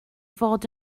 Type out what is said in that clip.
fod